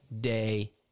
day